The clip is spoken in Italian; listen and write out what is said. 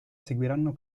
seguiranno